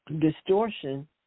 distortion